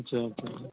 अच्छा अच्छा